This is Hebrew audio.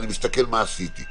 אני מסתכל מה עשיתי.